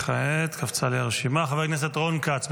כעת חבר הכנסת רון כץ,